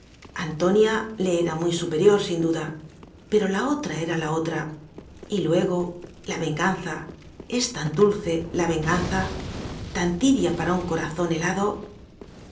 antonia le era muy superior sin duda pero la otra era la otra y luego la venganza es tan dulce la venganzal tan tibia para un cora zón helado